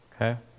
okay